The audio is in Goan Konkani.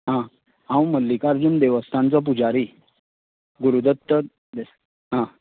आं हांव मल्लिकार्जून देवस्थानचो पुजारी गुरुदत्त दे हां